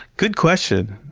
good question,